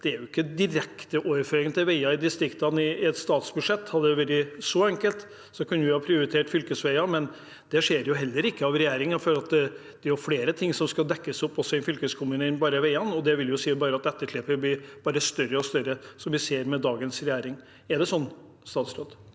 det er ikke direkte overføring til veier i distriktene i et statsbudsjett. Hadde det vært så enkelt, kunne vi prioritert fylkesveier. Men det skjer heller ikke i regjeringen, for det er flere ting enn veier som skal dekkes opp av fylkeskommunen. Det vil si at etterslepet blir bare større og større – som vi ser med dagens regjering. Er det slik? Statsråd